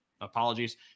apologies